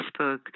Facebook